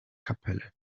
kapelle